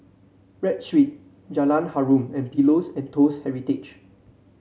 Read Street Jalan Harum and Pillows and Toast Heritage